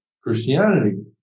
Christianity